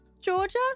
georgia